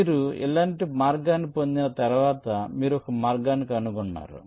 మీరు ఇలాంటి మార్గాన్ని పొందిన తర్వాత మీరు ఒక మార్గాన్ని కనుగొన్నారు